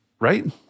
right